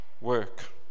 work